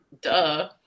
Duh